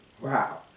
Wow